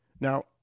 Now